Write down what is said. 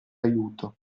aiuto